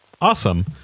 Awesome